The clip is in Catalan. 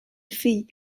fill